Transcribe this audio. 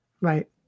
Right